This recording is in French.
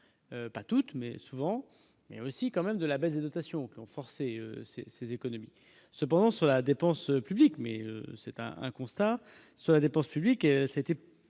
pas toutes, mais souvent mais aussi quand même de la baisse des dotations renforcer ces ces économies cependant sur la dépense publique, mais c'est un un constat sur la dépense publique, c'était